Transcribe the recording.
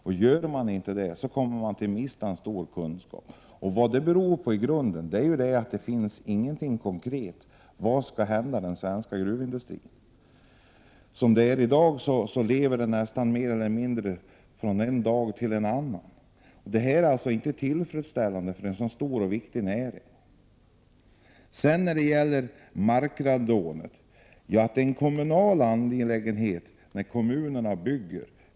Det betyder att vi riskerar att förlora stora kunskaper på området. I grunden beror det på att det inte finns något konkret program för den svenska gruvindustrin. Som det nu är lever den mer eller mindre från den ena dagen till den andra. Det är inte tillfredsställande för en så stor och viktig näring. Jag kan hålla med om att frågan om markradonet är en kommunal angelägenhet, om det är kommunen som bygger.